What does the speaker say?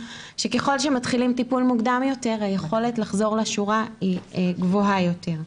שככל שמתחילים טיפול מוקדם יותר היכולת לחזור לשורה היא גבוהה יותר.